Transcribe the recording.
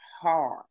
hard